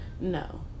no